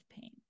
pain